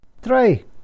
Three